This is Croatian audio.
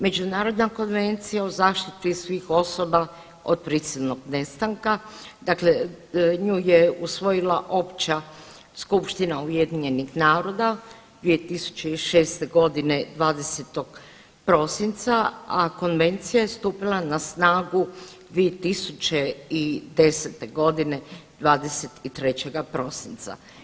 Međunarodna konvencija o zaštiti svih osoba od prisilnog nestanka, dakle nju je usvojila Opća skupština UN-a 2006. godine 20. prosinca, a konvencija je stupila na snagu 2010. godine 23. prosinca.